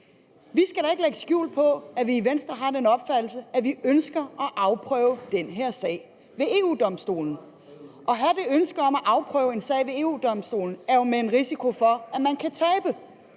Vi skal da ikke lægge skjul på, at vi i Venstre har den opfattelse, at vi ønsker at afprøve den her sag ved EU-Domstolen. At have det ønske om at afprøve en sag ved EU-Domstolen er jo med en risiko for, at man kan tabe.